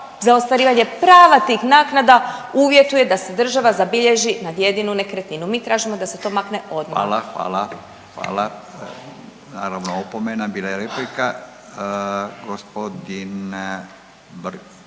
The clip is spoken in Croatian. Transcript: za ostvarivanje prava tih naknada uvjetuje da se država zabilježi na jedinu nekretninu. Mi tražimo da se to makne odmah. **Radin, Furio (Nezavisni)** Hvala. Hvala. Hvala. Naravno opomena, bila je replika. Gospodin Brkan,